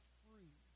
free